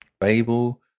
Babel